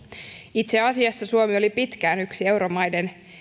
itse asiassa suomi oli pitkään yksi euromaiden